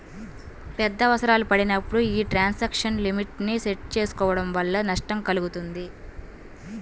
పెద్ద అవసరాలు పడినప్పుడు యీ ట్రాన్సాక్షన్ లిమిట్ ని సెట్ చేసుకోడం వల్ల నష్టం కల్గుతుంది